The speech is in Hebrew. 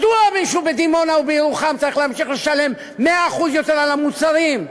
מדוע מישהו בדימונה או בירוחם צריך להמשיך לשלם 100% יותר על המוצרים,